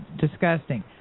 disgusting